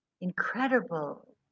incredible